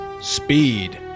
Speed